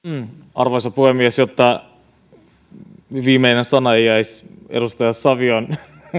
arvoisa puhemies jotta viimeinen sana ei jäisi edustaja savion